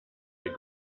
der